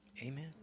Amen